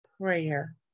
Prayer